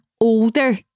older